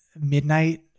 midnight